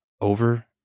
over